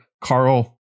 Carl